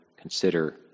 consider